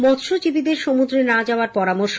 মৎস্যজীবীদের সমুদ্রে না যাওয়ার পরামর্শ